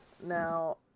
Now